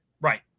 Right